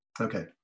okay